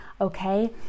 Okay